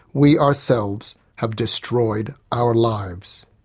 we ourselves have destroyed our lives.